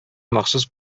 махсус